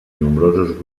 nombrosos